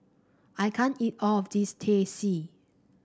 I can't eat all of this Teh C